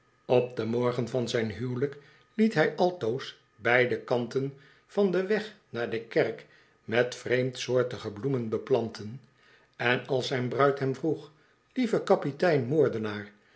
op den morgen van zijn huwelijk liet hij altoos beide kanten van den weg naar de kerk met vreemdsoortige bloemen beplanten en als zijn bruid hem vroeg lieve kapitein